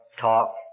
talk